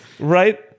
right